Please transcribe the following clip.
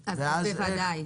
בוודאי.